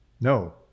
no